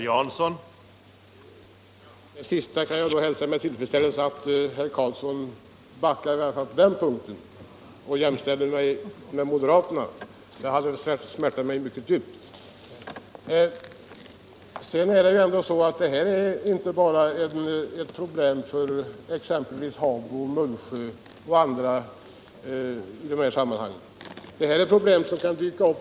Herr talman! Jag hälsar med tillfredsställelse att herr Karlsson i Huskvarna i varje fall vacklar på den punkten och inte jämställer mig med moderaterna — det hade smärtat mig djupt. Detta är inte bara ett problem för exempelvis Habo och Mullsjö.